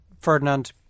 Ferdinand